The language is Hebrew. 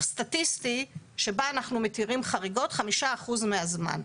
סטטיסטי שבו אנחנו מתירים חריגות 5% מהזמן.